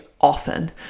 often